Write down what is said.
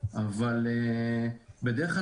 אבל בדרך כלל